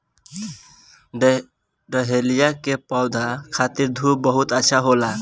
dahlia के पौधा खातिर धूप बहुत अच्छा होला